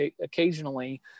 occasionally